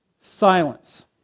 Silence